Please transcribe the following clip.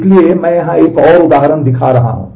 इसलिए मैं यहां एक और उदाहरण दिखा रहा हूं